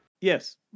Yes